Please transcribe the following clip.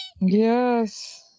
Yes